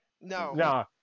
No